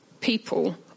people